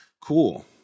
Cool